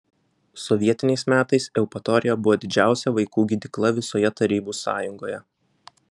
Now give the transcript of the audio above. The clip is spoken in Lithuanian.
sovietiniais metais eupatorija buvo didžiausia vaikų gydykla visoje tarybų sąjungoje